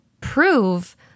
prove